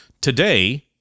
Today